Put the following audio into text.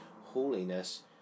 holiness